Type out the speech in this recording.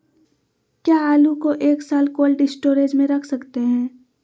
क्या आलू को एक साल कोल्ड स्टोरेज में रख सकते हैं?